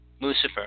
Lucifer